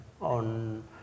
on